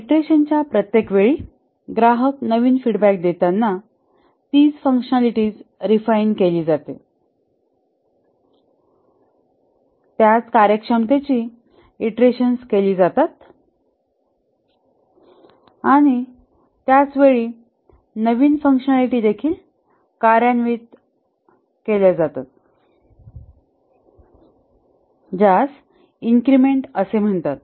इटरेशनच्या प्रत्येक वेळी ग्राहक नवीन फीडबॅक देताना तीच फँकशनलिटीज रिफाइन केली जाते त्याच कार्यक्षमतेची इटरेशन केली जाते आणि त्याच वेळी नवीन फँकशनलिटीज देखील कार्यान्वित केल्या जातात ज्यास इन्क्रिमेंट म्हणतात